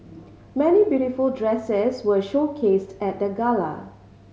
many beautiful dresses were showcased at the gala